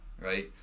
right